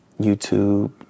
YouTube